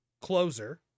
closer